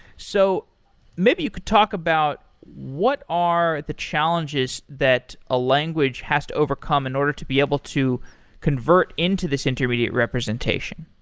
so maybe you could talk about what are the challenges that a language has to overcome in order to be able to convert into this intermediate representation?